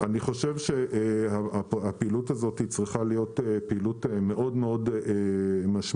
אני חושב שהפעילות הזאת צריכה להיות פעילות מאוד מאוד משמעותית,